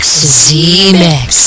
Z-Mix